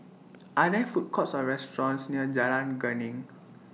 Are There Food Courts Or restaurants near Jalan Geneng